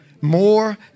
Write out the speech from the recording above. more